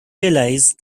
realize